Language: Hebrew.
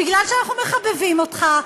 מפני שאנחנו מחבבים אותך,